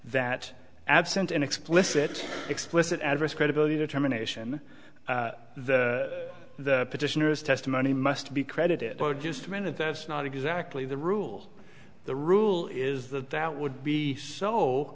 that absent an explicit explicit address credibility determination the petitioners testimony must be credited for just a minute that's not exactly the rule the rule is that that would be so